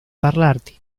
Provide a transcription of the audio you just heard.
parlarti